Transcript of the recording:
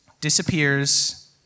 disappears